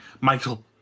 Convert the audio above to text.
Michael